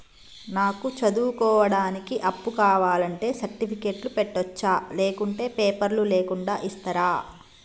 నాకు చదువుకోవడానికి అప్పు కావాలంటే సర్టిఫికెట్లు పెట్టొచ్చా లేకుంటే పేపర్లు లేకుండా ఇస్తరా?